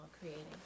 creating